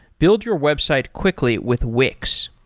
build your website quickly with wix.